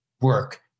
work